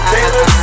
Taylor